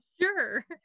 Sure